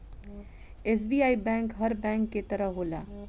SBI bank हर bank के तरह होला